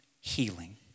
healing